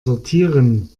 sortieren